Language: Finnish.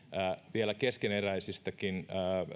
vielä keskeneräisistäkin